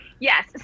Yes